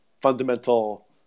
fundamental